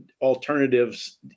alternatives